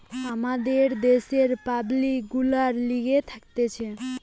আমাদের দ্যাশের পাবলিক গুলার লিগে থাকতিছে